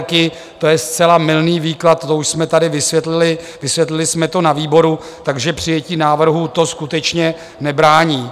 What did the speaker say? To je zcela mylný výklad, to už jsme tady vysvětlili, vysvětlili jsme to na výboru, takže přijetí návrhu to skutečně nebrání.